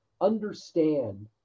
understand